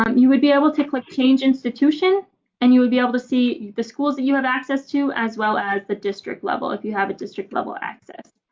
um you would be able to click change institution and you would be able to see the schools that you have access to as well as the district level if you have a district level access.